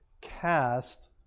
cast